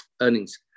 earnings